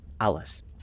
Alice